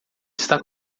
está